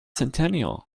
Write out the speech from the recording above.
centennial